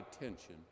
attention